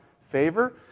favor